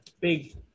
big